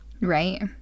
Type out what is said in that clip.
Right